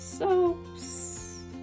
soaps